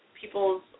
people's